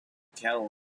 cattle